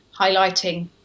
highlighting